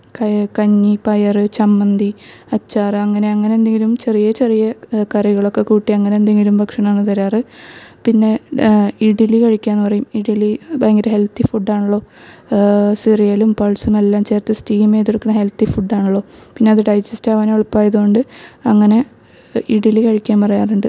ക കഞ്ഞി പയറ് ചമ്മന്തി അച്ചാറ് അങ്ങനെ അങ്ങനെന്തെങ്കിലും ചെറിയ ചെറിയ കറികളൊക്കെ കൂട്ടി അങ്ങനെന്തെങ്കിലും ഭക്ഷണങ്ങള് തരാറ് പിന്നെ ഇഡലി കഴിക്കുക എന്ന് പറയും ഇഡലി ഭയങ്കര ഹെൽത്തി ഫുഡ്ഡാണല്ലൊ സിറിയലും പൾസുമെല്ലാം ചേർത്ത് സ്റ്റീമെയ്തെടുക്കുന്ന ഹെൽത്തി ഫുഡ്ഡാണലൊ പിന്നെ അത് ഡൈജസ്റ്റാവാനും എളുപ്പമായതുകൊണ്ട് അങ്ങനെ ഇഡലി കഴിക്കാൻ പറയാറുണ്ട്